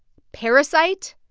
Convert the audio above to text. parasite,